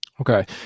Okay